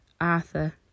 Arthur